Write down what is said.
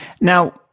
Now